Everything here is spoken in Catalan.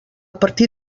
partir